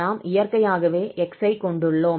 நாம் இயற்கையாகவே x ஐ கொண்டுள்ளோம்